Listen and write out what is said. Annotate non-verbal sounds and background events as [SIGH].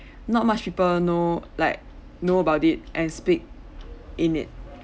[BREATH] not much people know like know about it and speak in it